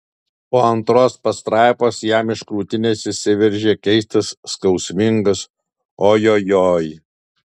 po antros pastraipos jam iš krūtinės išsiveržė keistas skausmingas ojojoi